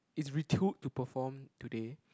it's to perform today